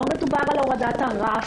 לא מדובר על הורדת הרף,